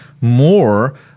more